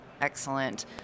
Excellent